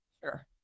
Sure